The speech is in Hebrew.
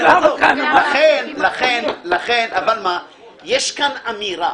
אבל יש פה אמירה.